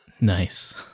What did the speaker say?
Nice